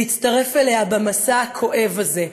להצטרף אליה במסע הכואב הזה.